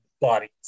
Bodies